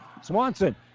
Swanson